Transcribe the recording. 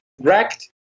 wrecked